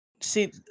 See